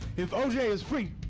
if oj is free,